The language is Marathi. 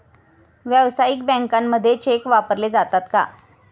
व्यावसायिक बँकांमध्ये चेक वापरले जातात का?